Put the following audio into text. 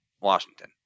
Washington